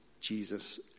Jesus